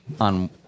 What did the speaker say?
on